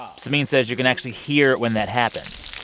um samin says you can actually hear when that happens